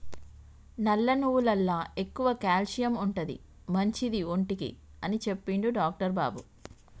నల్ల నువ్వులల్ల ఎక్కువ క్యాల్షియం ఉంటది, మంచిది ఒంటికి అని చెప్పిండు డాక్టర్ బాబు